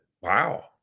Wow